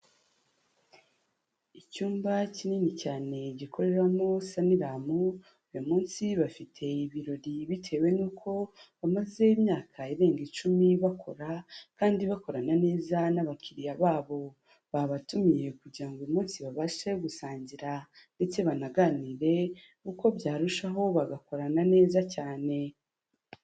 Icyumba kinini cyane gikoreramo Sanlam, uyu munsi bafite ibirori bitewe n'uko bamaze imyaka irenga icumi bakora, kandi bakorana neza n'abakiriya babo, babatumiye kugira ngo uyu munsi babashe gusangira ndetse banaganire uko byarushaho bagakorana neza cyane.